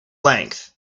length